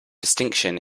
distinction